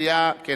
נתקבלה.